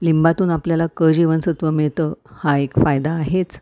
लिंबातून आपल्याला क जीवनसत्व मिळतं हा एक फायदा आहेच